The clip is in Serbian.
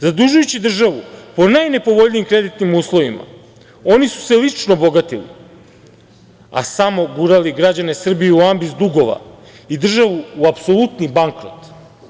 Zadužujući državu po najnepovoljnijim kreditnim uslovima oni su se lično bogatili, a samo gurali građane Srbije u ambis dugova i državu u apsolutni bankrot.